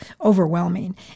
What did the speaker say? overwhelming